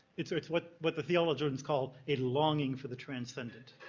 it's what what the theologians call a longing for the transcendent.